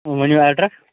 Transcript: ؤنِو ایڈرس